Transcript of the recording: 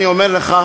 אני אומר לך,